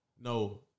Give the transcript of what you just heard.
no